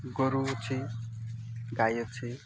ଗୋରୁ ଅଛି ଗାଈ ଅଛି